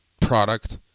product